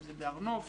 בהר נוף,